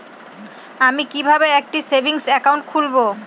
আমি কিভাবে একটি সেভিংস অ্যাকাউন্ট খুলব?